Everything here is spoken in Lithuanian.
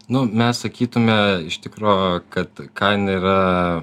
nu mes sakytume iš tikro kad kaina yra